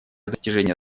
достижения